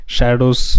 Shadows